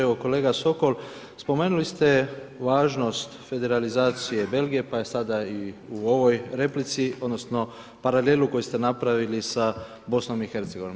Evo, kolega Sokol, spomenuli ste važnost federalizacije Belgije pa je sada i u ovoj replici odnosno paralelu koju ste napravili sa BIH.